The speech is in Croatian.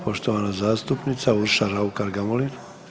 Poštovana zastupnica Urša Raukar Gamulin.